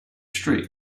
street